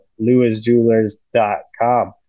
lewisjewelers.com